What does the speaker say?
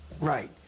Right